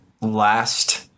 last